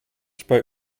spoke